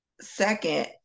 second